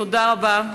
תודה רבה.